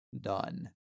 done